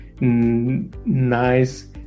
nice